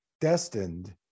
destined